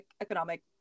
economic